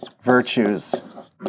Virtues